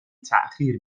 تاخیر